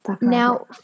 Now